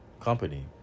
company